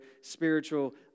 spiritual